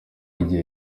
igihe